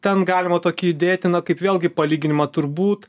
ten galima tokį įdėti na kaip vėlgi palyginimą turbūt